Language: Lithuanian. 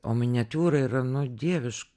o miniatiūra yra nu dieviš